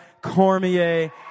Cormier